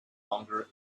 longer